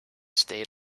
stayed